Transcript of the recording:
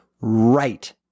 right